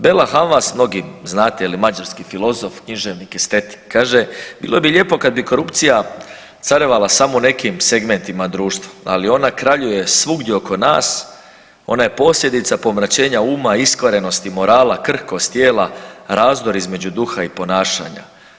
Bela Hamvas mnogi znate, mađarski filozof, književnik, estetik kaže „Bilo bi lijepo kad bi korupcija carevala samo u nekim segmentima društva, ali ona kraljuje svugdje oko nas, ona je posljedica pomračenja uma, iskvarenosti morala, krhkost tijela, razdor između duha i ponašanja.